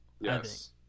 Yes